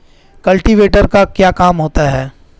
Cultivator का क्या काम होता है?